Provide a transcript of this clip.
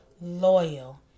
loyal